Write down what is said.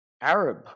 Arab